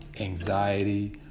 anxiety